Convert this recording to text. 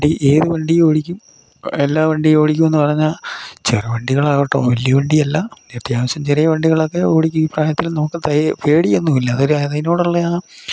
വണ്ടി ഏത് വണ്ടിയും ഓടിക്കും എല്ലാ വണ്ടിയോടിക്കൂന്ന് പറഞ്ഞാൽ ചെറു വണ്ടികളാട്ടോ വലിയ വണ്ടിയല്ല അത്യാവശ്യം ചെറിയ വണ്ടികളക്കെ ഓടിക്കും ഈ പ്രായത്തിൽ നമുക്ക് പേടിയൊന്നുവില്ല അതൊരാ അതിനോടുള്ളയാ